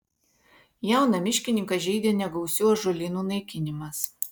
jauną miškininką žeidė negausių ąžuolynų naikinimas